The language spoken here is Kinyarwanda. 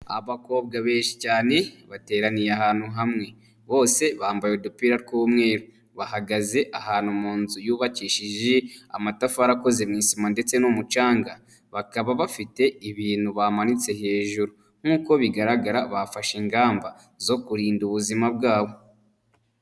Abakobwa benshi cyane bateraniye ahantu hamwe bose bambaye udupira tw'umweru, bahagaze ahantu mu nzu yubakishije amatafari akoze mu isima ndetse n'umucanga bakaba bafite ibintu bamanitse hejuru nk'uko bigaragara bafashe ingamba zo kurinda ubuzima bwabo.